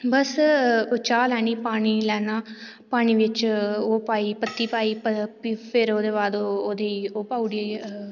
बस ओह् चाह् लैनी पानी लैना पानी बिच ओह् पाई पत्ती पाई फिर ओह्दे बाद ओह्दे ई ओह् पाई ओड़ी